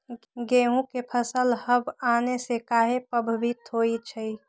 गेंहू के फसल हव आने से काहे पभवित होई छई?